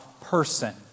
person